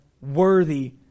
worthy